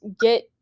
get